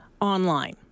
online